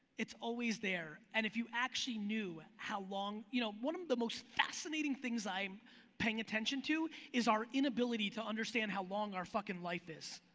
it's always there and if you actually knew how long, you know, one of the most fascinating things i'm paying attention to is our inability to understand how long our fucking life is.